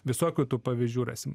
visokių tų pavyzdžių rasim